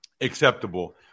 acceptable